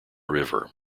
river